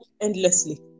endlessly